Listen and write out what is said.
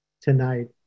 tonight